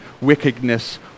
wickedness